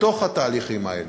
בתוך התהליכים האלה,